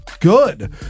Good